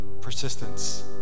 persistence